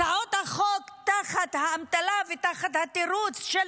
הצעות החוק הן תחת האמתלה ותחת התירוץ של